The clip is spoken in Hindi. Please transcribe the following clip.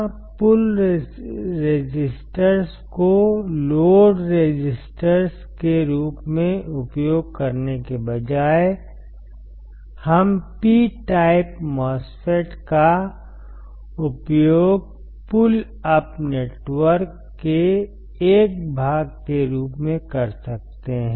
यहाँ पुल रेसिस्टर्स को लोड रेसिस्टर्स के रूप में उपयोग करने के बजाय हम P type MOSFET का उपयोग पुल अप नेटवर्क के एक भाग के रूप में कर सकते हैं